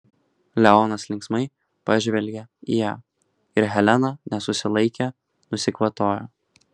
leonas linksmai pažvelgė į ją ir helena nesusilaikė nusikvatojo